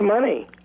money